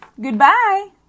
Goodbye